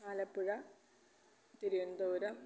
Alappuzha Thiruvananthapuram